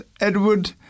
Edward